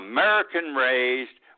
American-raised